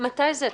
מתי זה התחיל?